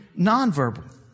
nonverbal